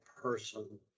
person